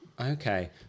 Okay